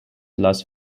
las